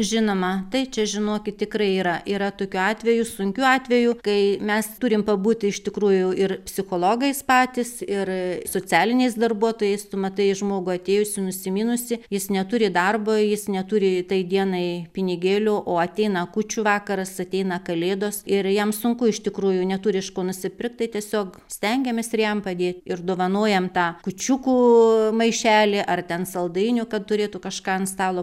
žinoma tai čia žinokit tikrai yra yra tokių atvejų sunkių atvejų kai mes turim pabūt iš tikrųjų ir psichologais patys ir socialiniais darbuotojais tu matai žmogų atėjusį nusiminusį jis neturi darbo jis neturi tai dienai pinigėlio o ateina kūčių vakaras ateina kalėdos ir jam sunku iš tikrųjų neturi iš ko nusipirkt tai tiesiog stengiamės ir jam padėt ir dovanojam tą kūčiukų maišelį ar ten saldainių kad turėtų kažką ant stalo